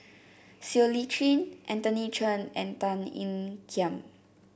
Siow Lee Chin Anthony Chen and Tan Ean Kiam